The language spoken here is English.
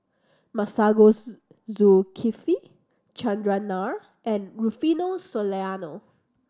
Masagos Zulkifli Chandran Nair and Rufino Soliano